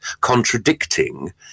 contradicting